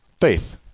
faith